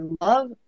love